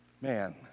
Man